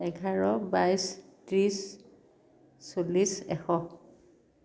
এঘাৰ বাইছ ত্ৰিছ চল্লিছ এশ